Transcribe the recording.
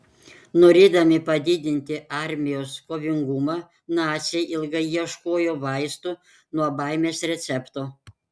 norėdami padidinti armijos kovingumą naciai ilgai ieškojo vaistų nuo baimės recepto